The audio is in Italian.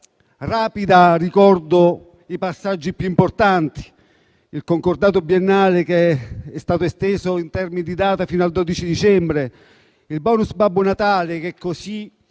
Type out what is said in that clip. rapida ricordo i passaggi più importanti: il concordato biennale che è stato esteso in termini di data fino al 12 dicembre; il *bonus* Babbo Natale, che avete